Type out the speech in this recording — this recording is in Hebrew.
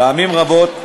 פעמים רבות,